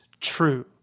true